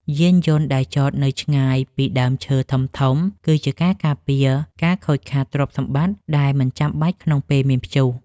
យានយន្តដែលចតឱ្យឆ្ងាយពីដើមឈើធំៗ គឺជាការការពារការខូចខាតទ្រព្យសម្បត្តិដែលមិនចាំបាច់ក្នុងពេលមានព្យុះ។